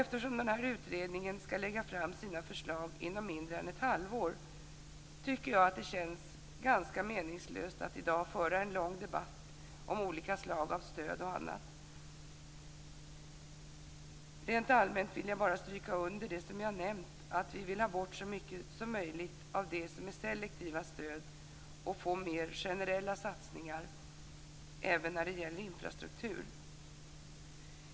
Eftersom denna utredning ska lägga fram sina förslag inom mindre än ett halvår, tycker jag att det känns ganska meningslöst att i dag föra en lång debatt om olika slag av stöd och annat. Rent allmänt vill jag bara stryka under det som jag har nämnt, att vi vill ha bort så mycket som möjligt av de selektiva stöden och få mer generella satsningar även när det gäller infrastruktur.